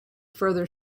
further